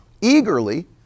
eagerly